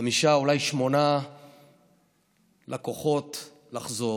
חמישה אולי שמונה לקוחות לחזור.